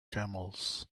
camels